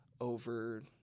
over